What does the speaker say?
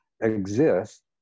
exist